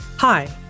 Hi